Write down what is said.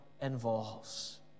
involves